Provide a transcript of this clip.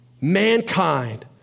Mankind